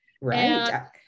Right